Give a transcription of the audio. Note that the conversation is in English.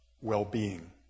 well-being